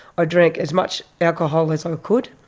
ah drank as much alcohol as i could.